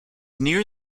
near